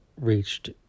reached